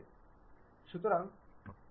আমি সেখানে যাই